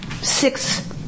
six